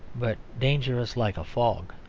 but dangerous like a fog.